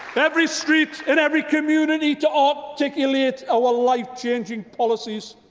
every street in every community to articulate our life-changing policies.